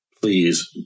Please